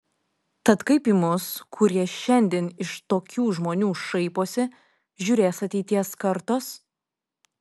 tad kaip į mus kurie šiandien iš tokių žmonių šaiposi žiūrės ateities kartos